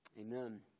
Amen